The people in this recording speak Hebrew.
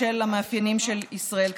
בשל המאפיינים של ישראל,